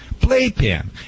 playpen